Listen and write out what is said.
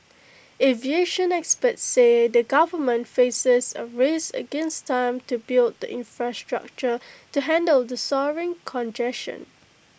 aviation experts say the government faces A race against time to build the infrastructure to handle the soaring congestion